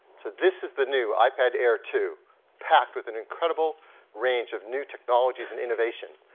so this is the new ipad air two packed with an incredible range of new technologies and innovation.